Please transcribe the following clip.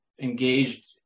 engaged